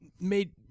made